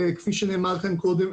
כפי שנאמר כאן קודם,